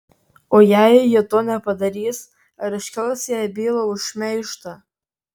o jei ji to nepadarys ar iškels jai bylą už šmeižtą